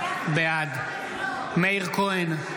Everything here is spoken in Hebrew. בעד מאיר כהן,